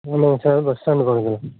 ஆமாங்க sir bus ஸ்டாண்டுக்கு வந்துருங்கள்